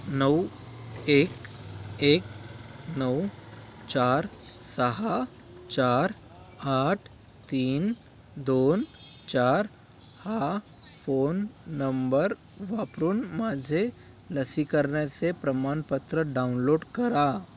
नऊ एक एक नऊ चार सहा चार आठ तीन दोन चार हा फोन नंबर वापरून माझे लसीकरणाचे प्रमाणपत्र डाउनलोड करा